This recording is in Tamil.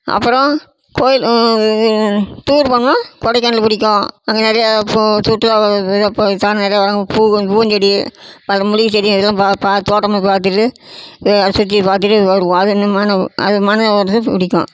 அப்புறம் கோவில் இது டூர் போகணுனா கொடைக்கானல் பிடிக்கும் அங்கே நிறையா அப்புறம் சுற்றுலா அப்புறம் சனங்க நெறையா வர்றாங்க பூ பூஞ்செடி பல மூலிகைச் செடி அதெல்லாம் பா பா தோட்டம்லாம் பார்த்துட்டு அதை சுற்றிப் பார்த்துட்டு வருவோம் அதுங்க மணம் அது மணம் வர்றது பிடிக்கும்